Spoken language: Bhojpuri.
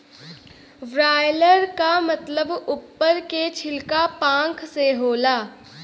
ब्रायलर क मतलब उप्पर के छिलका पांख से होला